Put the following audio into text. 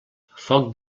foc